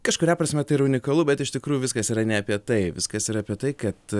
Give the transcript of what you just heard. kažkuria prasme tai yra unikalu bet iš tikrųjų viskas yra ne apie tai viskas yra apie tai kad